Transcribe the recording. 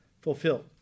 fulfilled